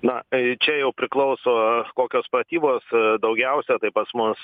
na čia jau priklauso kokios pratybos daugiausia tai pas mus